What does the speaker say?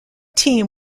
team